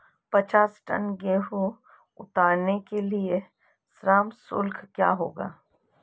पचास टन गेहूँ उतारने के लिए श्रम शुल्क क्या होगा?